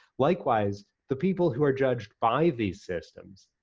likewise, the people who are judged by these systems,